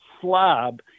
slob